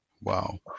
Wow